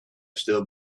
still